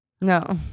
No